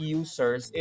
users